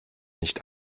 nicht